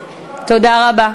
ותודה.